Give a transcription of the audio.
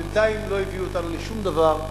בינתיים לא הביאו אותנו לשום דבר.